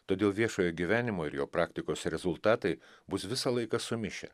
todėl viešojo gyvenimo ir jo praktikos rezultatai bus visą laiką sumišę